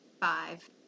Five